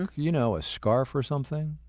and you know a scarf or something?